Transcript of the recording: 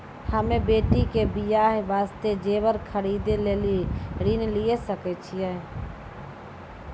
हम्मे बेटी के बियाह वास्ते जेबर खरीदे लेली ऋण लिये सकय छियै?